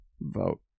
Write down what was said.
vote